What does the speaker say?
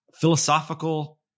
philosophical